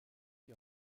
die